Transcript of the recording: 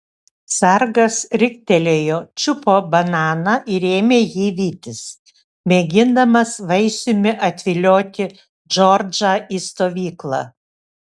sargas riktelėjo čiupo bananą ir ėmė jį vytis mėgindamas vaisiumi atvilioti džordžą į stovyklą